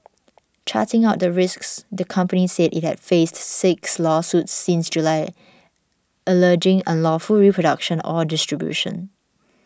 charting out the risks the company said it had faced six lawsuits since July alleging unlawful reproduction or distribution